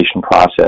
process